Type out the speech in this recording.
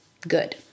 good